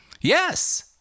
Yes